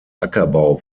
ackerbau